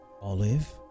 Olive